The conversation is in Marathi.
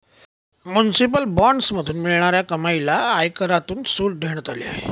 म्युनिसिपल बॉण्ड्समधून मिळणाऱ्या कमाईला आयकरातून सूट देण्यात आली आहे